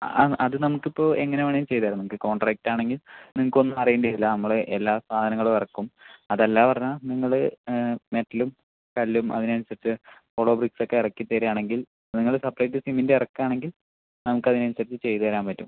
ആ അത് അത് നമുക്കിപ്പോൾ എങ്ങനെ വേണമെങ്കിലും ചെയ്ത് തരാം നമുക്ക് കോൺട്രാക്ട് ആണെങ്കിൽ നിങ്ങൾക്ക് ഒന്നും അറിയേണ്ടി വരില്ല നമ്മൾ എല്ലാ സാധനങ്ങളും ഇറക്കും അത് എല്ലാം പറഞ്ഞാൽ നിങ്ങൾ മെറ്റലും കല്ലും അതിന് അനുസരിച്ച് ഹോളോ ബ്രിക്സ് ഒക്കെ ഇറക്കി തരികയാണെങ്കിൽ നിങ്ങൾ സെപ്പറേറ്റ് സിമൻറ്റ് ഇറക്കുകയാണെങ്കിൽ നമുക്ക് അതിന് അനുസരിച്ച് ചെയ്ത് തരാൻ പറ്റും